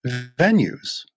venues